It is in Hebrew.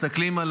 מסתכלים על